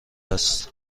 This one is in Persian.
است